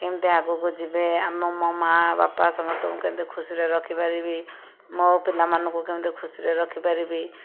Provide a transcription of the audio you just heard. କେମିତି ଆଗକୁ ଯିବେ ଆମ ମୋ ମା' ବାପା ସମସ୍ତଙ୍କୁ କେମିତି ଖୁସିରେ ରଖିପାରିବି ମୋ ପିଲାମାନଙ୍କୁ କେମିତି ଖୁସିରେ ରଖିପାରିବି